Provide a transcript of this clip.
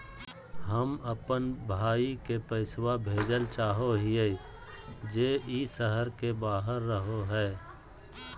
हम अप्पन भाई के पैसवा भेजल चाहो हिअइ जे ई शहर के बाहर रहो है